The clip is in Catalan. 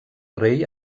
rei